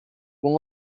who